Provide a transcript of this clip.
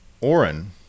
Oren